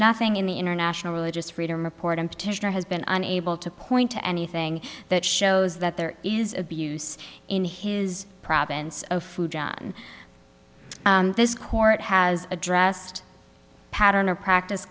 nothing in the international religious freedom report in particular has been unable to coin to anything that shows that there is abuse in his province of food john this court has addressed pattern or practice